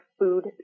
food